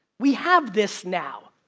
we have this now,